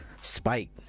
Spike